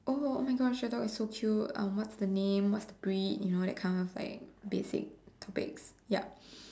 oh oh my Gosh your dog is so cute um what's the name what's the breed you know that kind of like basic topics yup